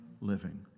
living